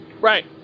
Right